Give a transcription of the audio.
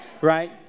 right